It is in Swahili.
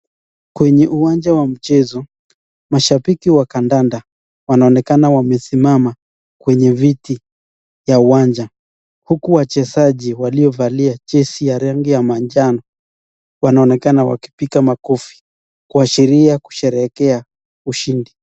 Kwenye uwanja wa mchezo, mashabiki wa kandanda wanaonekana wamesimama kwenye viti ya uwanja huku wachezaji waliovalia jezi ya rangi ya manjano wanaonekana wakipiga makofi kuashiria kusherehekea ushindi.